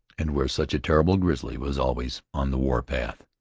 and where such a terrible grizzly was always on the war-path.